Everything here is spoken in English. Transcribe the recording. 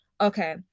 okay